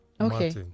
Okay